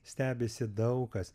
stebisi daug kas